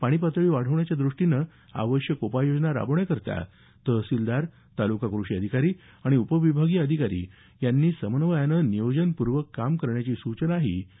पाणी पातळी वाढवण्याच्या दृष्टीनं आवश्यक उपाययोजना राबवण्याकरता तहसीलदार तालुका कृषी अधिकारी आणि उपविभागीय अधिकारी यांनी समन्वयानं नियोजनपूर्वक कामं करण्याची सूचनाही डॉ